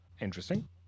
Interesting